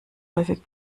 häufig